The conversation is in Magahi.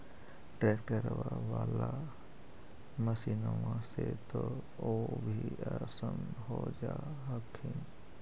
ट्रैक्टरबा बाला मसिन्मा से तो औ भी आसन हो जा हखिन?